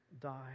die